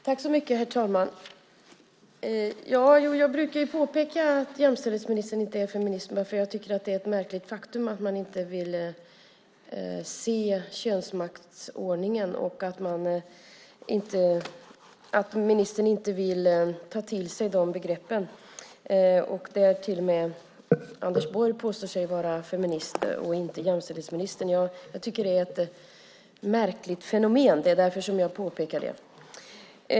Herr talman! Jo, jag brukar påpeka att jämställdhetsministern inte är feminist, för jag tycker att det är ett märkligt faktum att man inte vill se könsmaktsordningen och att ministern inte vill ta till sig dessa begrepp. Till och med Anders Borg påstår sig vara feminist, men inte jämställdhetsministern. Jag tycker att det är ett märkligt fenomen. Det är därför jag påpekar det.